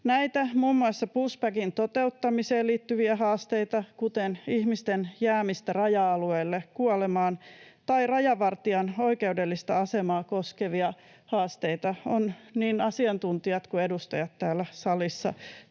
muun muassa pushbackin toteuttamiseen liittyviä haasteita, kuten ihmisten jäämistä raja-alueelle kuolemaan tai rajavartijan oikeudellista asemaa koskevia haasteita, ovat niin asiantuntijat kuin edustajat täällä salissa